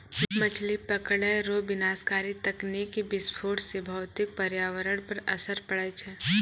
मछली पकड़ै रो विनाशकारी तकनीकी विस्फोट से भौतिक परयावरण पर असर पड़ै छै